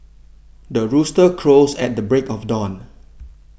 the rooster crows at the break of dawn